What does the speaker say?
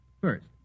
First